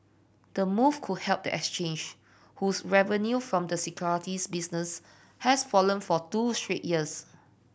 the move could help the exchange whose revenue from the securities business has fallen for two straight years